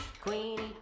Queenie